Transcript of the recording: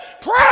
Pray